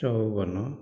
ଚଉବନ